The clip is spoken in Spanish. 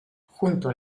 junto